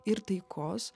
ir taikos